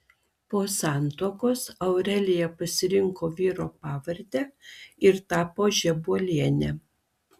po santuokos aurelija pasirinko vyro pavardę ir tapo žebuoliene